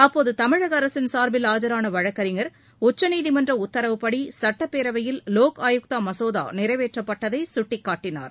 அப்போது தமிழக அரசின் சார்பில் ஆஜரான வழக்கறிஞர் உச்சநீதிமன்ற உத்தரவுபடி சட்டப்பேரவையில் லோக் ஆயுக்தா மசோதா நிறைவேற்றப்பட்டதை சுட்டிக்காட்டினார்